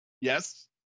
Yes